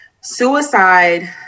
Suicide